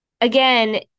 again